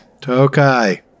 Tokai